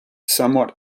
somewhat